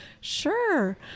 sure